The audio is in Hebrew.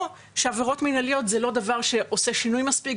או שעבירות מנהליות זה לא דבר שעושה שינוי מספיק.